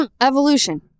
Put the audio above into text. Evolution